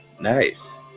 Nice